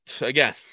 again